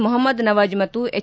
ಮೊಹಮ್ಮದ್ ನವಾಜ್ ಮತ್ತು ಎಚ್